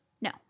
no